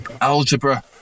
algebra